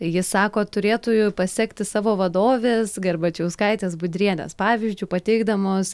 jis sako turėtų pasekti savo vadovės garbačiauskaitės budrienės pavyzdžiu pateikdamos